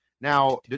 now